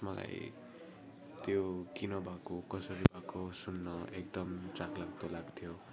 मलाई त्यो किन भएको कसरी भएको सुन्न एकदम चाखलाग्दो लाग्थ्यो